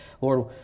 Lord